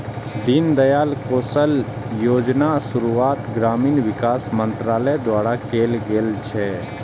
दीनदयाल कौशल्य योजनाक शुरुआत ग्रामीण विकास मंत्रालय द्वारा कैल गेल छै